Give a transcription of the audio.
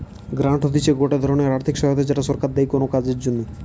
grant হতিছে গটে ধরণের আর্থিক সহায়তা যেটা সরকার দেয় কোনো কাজের জন্যে